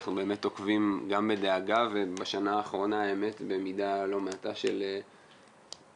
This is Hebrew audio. אנחנו באמת עוקבים גם בדאגה ובשנה האחרונה במידה לא מעטה של סיפוק,